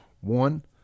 one